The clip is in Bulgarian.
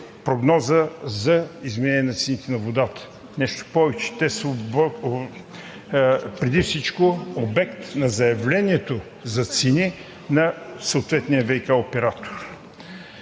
прогноза за изменение на цените на водата. Нещо повече, те са преди всичко обект на заявлението за цени на съответния ВиК оператор.